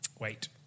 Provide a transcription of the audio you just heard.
Wait